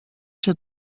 się